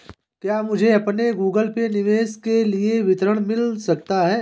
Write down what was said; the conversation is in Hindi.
क्या मुझे अपने गूगल पे निवेश के लिए विवरण मिल सकता है?